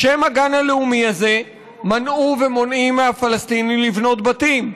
בשם הגן הלאומי הזה מנעו ומונעים מהפלסטינים לבנות בתים.